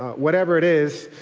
whatever it is,